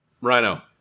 Rhino